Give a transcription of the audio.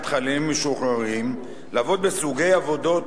חיילים משוחררים לעבוד בסוגי עבודות,